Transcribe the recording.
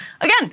Again